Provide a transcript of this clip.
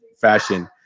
fashion